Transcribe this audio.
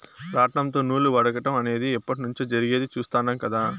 రాట్నంతో నూలు వడకటం అనేది ఎప్పట్నుంచో జరిగేది చుస్తాండం కదా